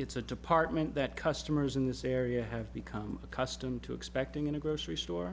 it's a department that customers in this area have become accustomed to expecting in a grocery store